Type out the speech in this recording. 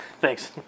Thanks